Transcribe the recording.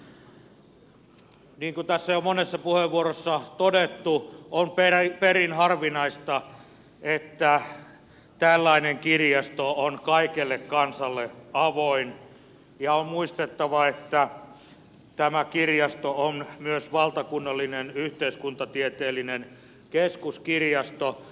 niin kuin tässä jo monessa puheenvuorossa on todettu on perin harvinaista että tällainen kirjasto on kaikelle kansalle avoin ja on muistettava että tämä kirjasto on myös valtakunnallinen yhteiskuntatieteellinen keskuskirjasto